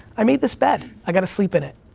i made this bed, i gotta sleep in it,